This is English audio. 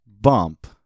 bump